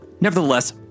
Nevertheless